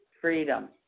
freedom